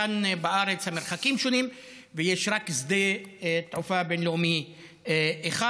כאן בארץ המרחקים שונים ויש רק שדה תעופה בין-לאומי אחד.